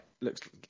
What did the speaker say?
looks